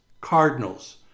cardinals